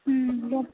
হুম